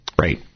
Right